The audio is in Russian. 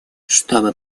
чтобы